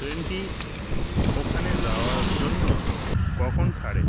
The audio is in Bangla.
ট্রেনটি ওখানে যাওয়ার জন্য কখন ছাড়ে